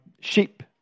sheep